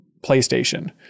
PlayStation